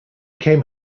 came